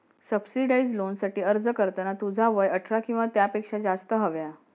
subsidised लोनसाठी अर्ज करताना तुझा वय अठरा किंवा त्यापेक्षा जास्त हव्या